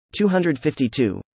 252